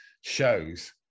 shows